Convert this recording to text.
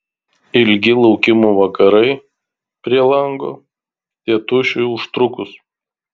ilgi laukimo vakarai prie lango tėtušiui užtrukus